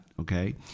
Okay